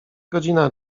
godzina